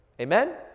amen